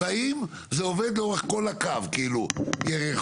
והאם זה עובד לאורך כל הקו יריחו,